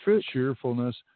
cheerfulness